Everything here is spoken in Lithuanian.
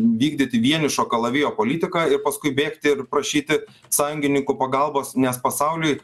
vykdyti vienišo kalavijo politiką ir paskui bėgti ir prašyti sąjungininkų pagalbos nes pasauliui